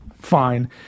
fine